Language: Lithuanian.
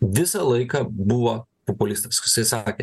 visą laiką buvo populistas jisai sakė